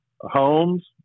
homes